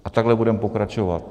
A takhle budeme pokračovat.